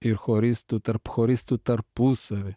ir choristų tarp choristų tarpusavy